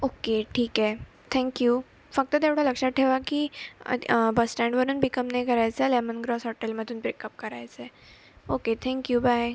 okay ठीक आहे thank you फक्त तेवढं लक्षात ठेवा की बसस्टँडवरून पिकअप नाही करायचं आहे लेमन ग्रास हॉटेलमधून पिकअप करायचं आहे ओके थँक्यू बाय